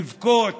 לבכות?